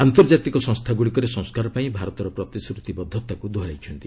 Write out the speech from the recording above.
ଆନ୍ତର୍ଜାତିକ ସଂସ୍ଥାଗୁଡ଼ିକରେ ସଂସ୍କାର ପାଇଁ ଭାରତର ପ୍ରତିଶ୍ରତିବଦ୍ଧତାକୁ ଦୋହରାଇଛନ୍ତି